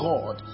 God